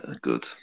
good